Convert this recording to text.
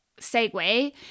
segue